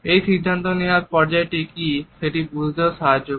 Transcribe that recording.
এবং সিদ্ধান্ত নেওয়ার পর্যায়টি কি সেটি বুঝতেও সাহায্য করে